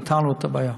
פתרנו את הבעיה.